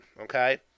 okay